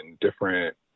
different